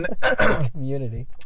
Community